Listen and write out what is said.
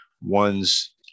one's